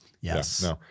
Yes